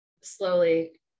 slowly